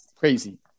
Crazy